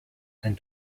and